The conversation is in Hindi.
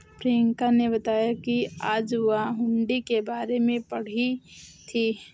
प्रियंका ने बताया कि आज वह हुंडी के बारे में पढ़ी थी